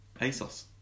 ASOS